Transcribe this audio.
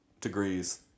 degrees